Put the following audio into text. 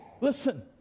Listen